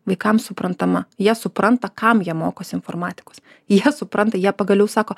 vaikams suprantama jie supranta kam jie mokosi informatikos jie supranta jie pagaliau sako